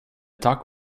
tack